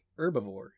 herbivore